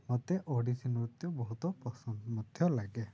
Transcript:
ମୋତେ ଓଡ଼ିଶୀ ନୃତ୍ୟ ବହୁତ ପସନ୍ଦ ମଧ୍ୟ ଲାଗେ